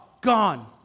gone